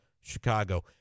Chicago